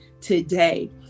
today